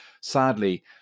sadly